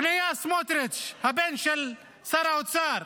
בניה סמוטריץ', הבן של שר האוצר,